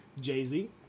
Jay-Z